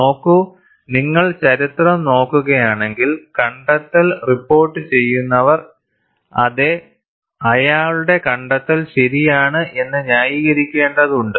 നോക്കൂ നിങ്ങൾ ചരിത്രം നോക്കുകയാണെങ്കിൽ കണ്ടെത്തൽ റിപ്പോർട്ട് ചെയ്യുന്നവർ അതെ അയാളുടെ കണ്ടെത്തൽ ശരിയാണ് എന്ന് ന്യായീകരിക്കേണ്ടതുണ്ട്